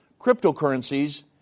cryptocurrencies